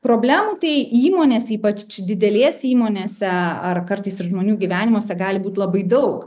problemų tai įmonės ypač didelės įmonėse ar kartais ir žmonių gyvenimuose gali būt labai daug